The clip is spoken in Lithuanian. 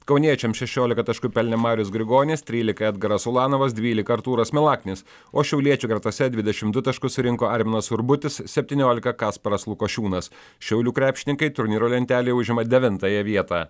kauniečiams šešiolika taškų pelnė marius grigonis trylika edgaras ulanovas dvylika artūras milaknis o šiauliečių gretose dvidešimt du taškus surinko arminas urbutis septyniolika kasparas lukošiūnas šiaulių krepšininkai turnyro lentelėje užima devintąją vietą